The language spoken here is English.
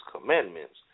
commandments